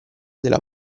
della